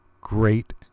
great